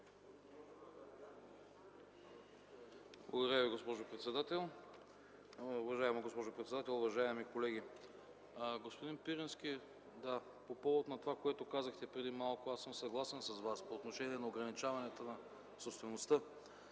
Благодаря Ви, госпожо председател. Уважаема госпожо председател, уважаеми колеги! Господин Пирински, по повод на това, което казахте преди малко, аз съм съгласен с Вас – по отношение на ограничаването на собствеността.